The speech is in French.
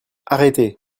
arrêtez